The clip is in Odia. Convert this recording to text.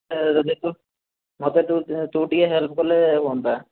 ଯଦି ତୁ ମୋତେ ତୁ ତୁ ଟିକେ ହେଲ୍ପ କଲେ ହୁଅନ୍ତା